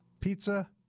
Pizza